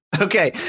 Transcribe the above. okay